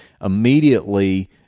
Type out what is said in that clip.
immediately